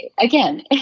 again